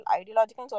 ideological